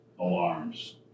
alarms